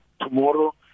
tomorrow